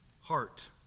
heart